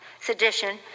sedition